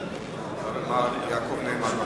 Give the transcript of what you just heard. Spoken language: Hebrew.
מר יעקב נאמן.